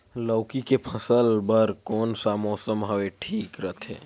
लौकी के फसल बार कोन सा मौसम हवे ठीक रथे?